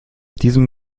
diesem